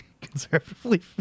conservatively